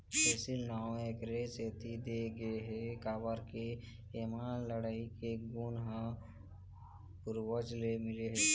एसील नांव एखरे सेती दे गे हे काबर के एमा लड़ई के गुन ह पूरवज ले मिले हे